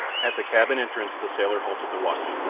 at the cabin entrance the sailor halted to watch,